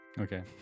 Okay